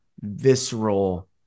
visceral